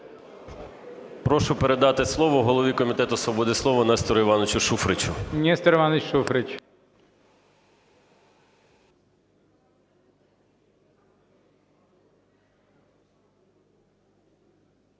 Прошу передати слово голові Комітету зі свободи слова Нестору Івановичу Шуфричу. ГОЛОВУЮЧИЙ. Нестор Іванович Шуфрич.